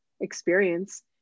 experience